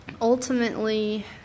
Ultimately